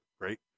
great